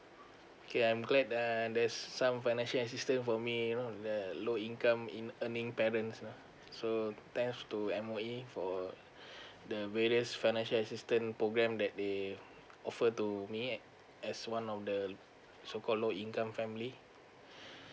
okay I'm glad that uh there are some financial assistance for me you know the low income earning parents lah so thanks to M_O_E for the various financial assistant program that they offer to me as one of the so called low income family